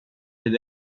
till